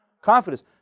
Confidence